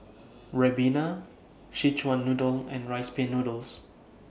Ribena Szechuan Noodle and Rice Pin Noodles